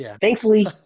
Thankfully